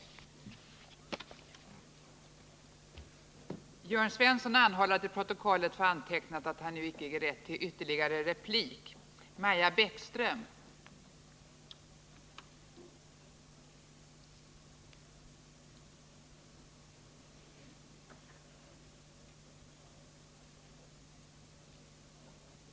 protokollet få antecknat att han inte ägde rätt till ytterligare replik. Samhällets tillsyn